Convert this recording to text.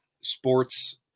sports